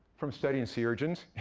from studying sea urchins.